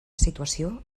situació